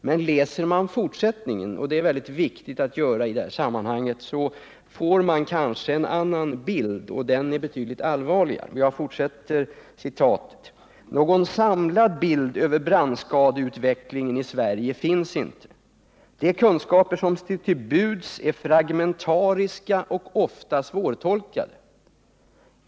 Men läser man fortsättningen — det är väldigt viktigt att man gör det — får man kanske en annan bild, och den är betydligt allvarligare. Fortsättningen lyder: ”Någon samlad bild över brandskadeutvecklingen i Sverige finns inte. De kunskaper som står till buds är fragmentariska och ofta svårtolkade.